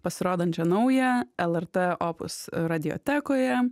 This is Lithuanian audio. pasirodančią naują lrt opus radiotekoje